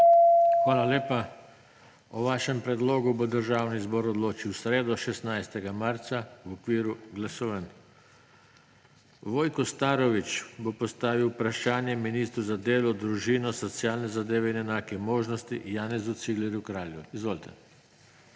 Hvala lepa. O vašem predlogu bo Državni zbor odločil v sredo, 16. marca, v okviru glasovanj. Vojko Starović bo postavil vprašanje ministru za delo, družino, socialne zadeve in enake možnosti Janezu Ciglerju Kralju. Izvolite.